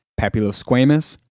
papulosquamous